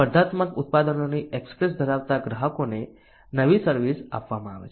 સ્પર્ધાત્મક ઉત્પાદનોની એક્સેસ ધરાવતા ગ્રાહકોને નવી સર્વિસ આપવામાં આવે છે